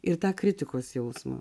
ir tą kritikos jausmą